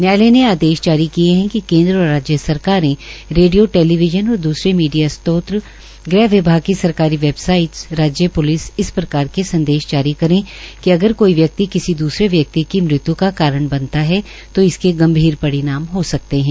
न्यायालय ने आदेश जारी किए कि केन्द्र और राज्य सरकारें रेडियों टैलीविज़न और दूसरे मीडिया स्त्रोत गृह विभाग की सरकारी वेबसाइटस राज्य प्लिस इस प्रकार के संदेश जारी करे कि अगर कोई व्यक्ति किसी द्रसरे व्यक्ति की मृत्य् का कारण बनता है तो इसके गंभीर परिणाम हो सकते है